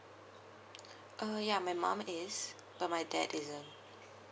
uh ya my mum is but my dad isn't